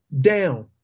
down